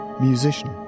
musician